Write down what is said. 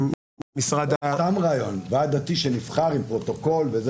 סתם רעיון, ועד דתי שנבחר עם פרוטוקול.